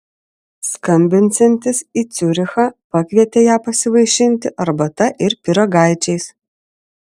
skambinsiantis į ciurichą pakvietė ją pasivaišinti arbata ir pyragaičiais